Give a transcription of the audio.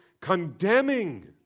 condemning